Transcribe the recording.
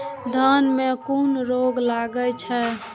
धान में कुन रोग लागे छै?